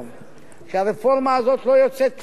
כי אם, היתה יוצאת רפורמה מקוטעת,